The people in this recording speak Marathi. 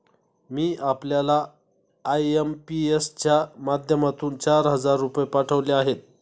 मी आपल्याला आय.एम.पी.एस च्या माध्यमातून चार हजार रुपये पाठवले आहेत